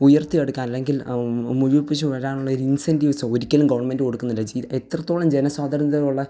ഉയര്ത്തി എടുക്കാന് അല്ലെങ്കില് മുഴുവിപ്പിച്ച് വരാനുള്ള ഒരു ഇൻസെന്റീവ്സ് ഒരിക്കലും ഗവൺമെന്റ് കൊടുക്കുന്നില്ല ജി എത്രത്തോളം ജന സ്വാതന്ത്ര്യമുള്ള